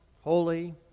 holy